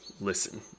listen